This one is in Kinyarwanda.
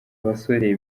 abasore